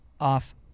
off